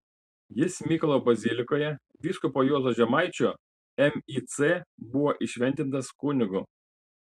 jis mykolo bazilikoje vyskupo juozo žemaičio mic buvo įšventintas kunigu